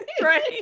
Right